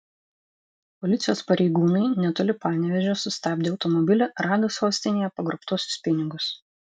policijos pareigūnai netoli panevėžio sustabdę automobilį rado sostinėje pagrobtuosius pinigus